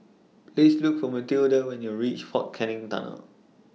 Please Look For Matilda when YOU REACH Fort Canning Tunnel